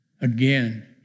Again